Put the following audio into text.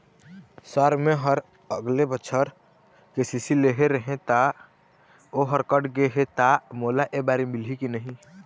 Sir मेहर अगले बछर के.सी.सी लेहे रहें ता ओहर कट गे हे ता मोला एबारी मिलही की नहीं?